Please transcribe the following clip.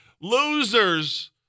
Losers